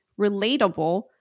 relatable